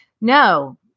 no